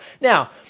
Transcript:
Now